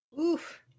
Oof